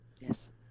Yes